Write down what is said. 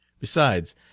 Besides